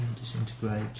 disintegrate